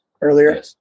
earlier